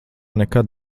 nekad